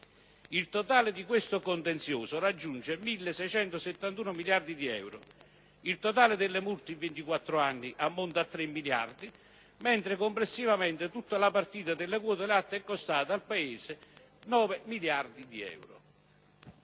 Il totale di questo contenzioso raggiunge 1.671 miliardi di euro, il totale delle multe in 24 anni ammonta a 3 miliardi, mentre complessivamente tutta la partita delle quote latte è costata al Paese 9 miliardi di euro.